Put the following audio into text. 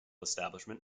establishment